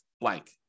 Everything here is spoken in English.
blank